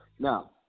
Now